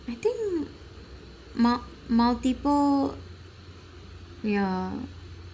I think mul~ multiple ya